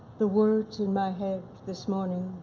the words in my head this morning,